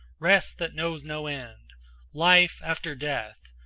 rest that knows no end life after death!